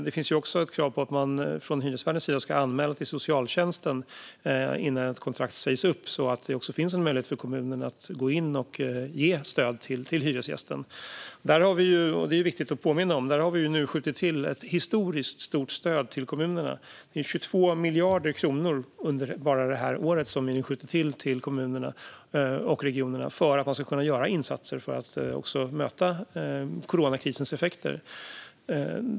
Det finns också ett krav på hyresvärden att anmäla till socialtjänsten innan ett kontrakt sägs upp, så att det finns en möjlighet för kommunen att gå in och ge stöd till hyresgästen. Det är viktigt att påminna om att vi har skjutit till ett historiskt stort stöd till kommunerna - bara under det här året har vi skjutit till 22 miljarder kronor till kommunerna och regionerna för att man ska kunna göra insatser för att möta coronakrisens effekter.